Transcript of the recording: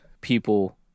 people